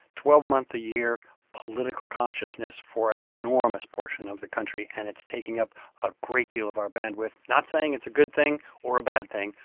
twelve month a year political consciousness for an enormous portion of the country, and it's taking up a great deal of our bandwidth. not saying it's a good thing or a bad thing,